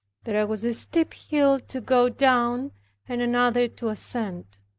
there was a steep hill to go down and another to ascend.